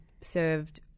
served